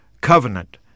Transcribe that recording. Covenant